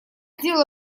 сделал